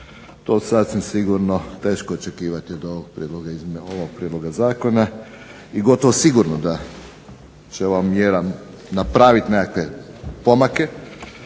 je sasvim sigurno teško očekivati od ovog prijedloga zakona. I gotovo sigurno da će ova mjera napraviti nekakve pomake